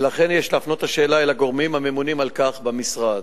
ולכן יש להפנות את השאלה אל הגורמים הממונים על כך במשרד.